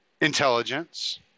intelligence